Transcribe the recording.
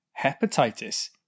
Hepatitis